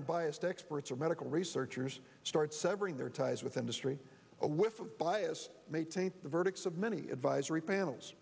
unbiased experts or medical researchers start severing their ties with industry a whiff of bias maintain the verdicts of many advisory panels